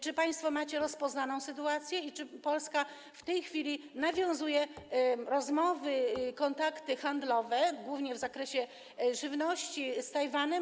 Czy państwo macie rozpoznaną sytuację i czy Polska w tej chwili nawiązuje rozmowy, kontakty handlowe głównie w zakresie żywności z Tajwanem?